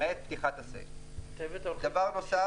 למעט פתיחת --- דבר נוסף,